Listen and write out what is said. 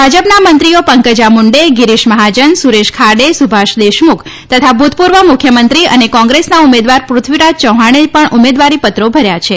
ભાજપના મંત્રીઓ પંકજા મુડે ગીરીશ મહાજન સુરેશ ખાડે સુભાષ દેશમુખ તથા ભૂતપૂર્વ મુખ્યમંત્રી અને કોંગ્રેસના ઉમેદવાર પૃથ્વીરાજ ચૌહાણે પણ ઉમેદવારીપત્રો ભર્યા છે